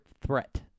threat